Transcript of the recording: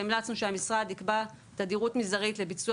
והמלצנו שהמשרד יקבע תדירות מזערית לביצוע